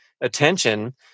attention